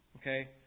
Okay